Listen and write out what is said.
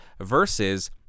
versus